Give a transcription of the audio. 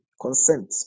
Consent